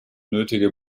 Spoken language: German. nötige